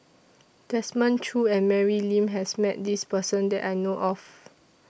Desmond Choo and Mary Lim has Met This Person that I know of